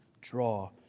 draw